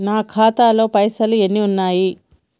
నా ఖాతాలో పైసలు ఎన్ని ఉన్నాయి?